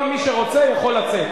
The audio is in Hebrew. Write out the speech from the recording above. כל מי שרוצה, יכול לצאת.